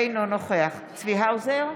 אינו נוכח צבי האוזר,